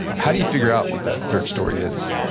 how do you figure out what that third story is?